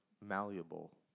malleable